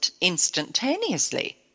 instantaneously